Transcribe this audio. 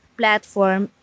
platform